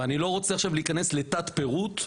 ואני לא רוצה להיכנס לתת פירוט,